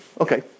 okay